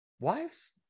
wives